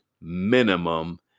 minimum